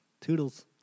toodles